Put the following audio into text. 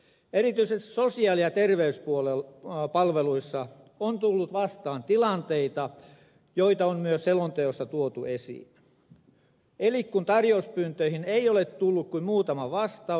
erityisesti sosiaali ja terveyspalveluissa on tullut vastaan tilanteita joita on myös selonteossa tuotu esiin eli kun tarjouspyyntöihin ei ole tullut kuin muutama vastaus